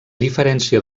diferència